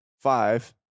five